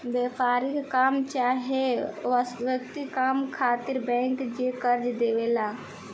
व्यापारिक काम चाहे व्यक्तिगत काम खातिर बैंक जे कर्जा देवे ला